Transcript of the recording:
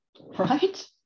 Right